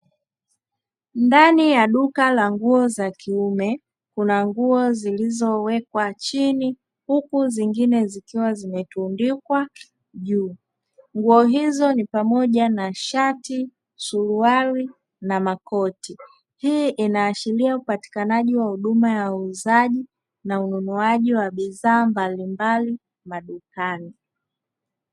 Ndani ya duka la nguo za kiume kuna nguo zilizowekwa chini huku nyingine zikiwa zimetundikwa juu, nguo hizo ni pamoja na shati, suruhari na makoti. Hii inaashiria utatikanaji ya huduma ya uuzaji na ununuaji wa bidhaa mbalimbali madukani.